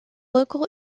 local